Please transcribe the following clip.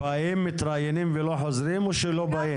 באים מתראיינים ולא חוזרים, או שלא באים?